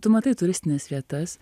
tu matai turistines vietas